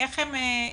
איך הם מטופלים,